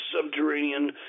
subterranean